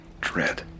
dread